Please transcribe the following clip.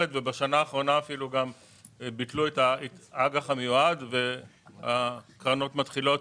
ובשנה האחרונה ביטלו את האג"ח המיועד והקרנות מתחילות